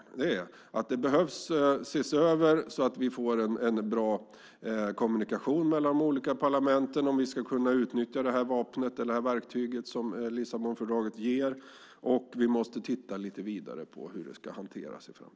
Man behöver se över det hela så att vi får en bra kommunikation mellan de olika parlamenten så att man kan utnyttja det verktyg som Lissabonfördraget ger, och vi måste se lite vidare på hur det ska hanteras i framtiden.